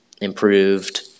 improved